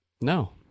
No